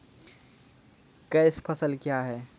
Cash फसल क्या हैं?